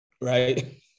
right